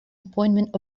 appointment